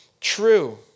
true